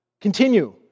Continue